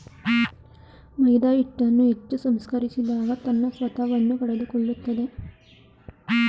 ಮೈದಾಹಿಟ್ಟನ್ನು ಹೆಚ್ಚು ಸಂಸ್ಕರಿಸಿದಾಗ ತನ್ನ ಸತ್ವವನ್ನು ಕಳೆದುಕೊಳ್ಳುತ್ತದೆ